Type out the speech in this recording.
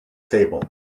table